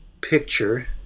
picture